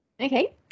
Okay